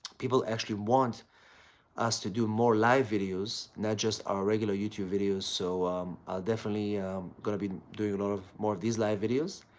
people actually want us to do more live videos, not just our regular youtube videos, so definitely going to be doing a lot of more of these live videos,